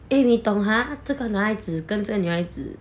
eh 你懂 !huh! 这个男孩子跟女孩子